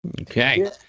Okay